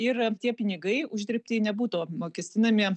ir tie pinigai uždirbti nebūtų apmokestinami